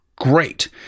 great